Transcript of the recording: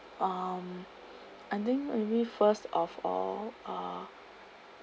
um I think maybe first of all uh